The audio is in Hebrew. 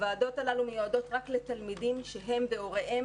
הוועדות הללו מיועדות רק לתלמידים שהם והוריהם